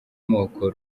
moko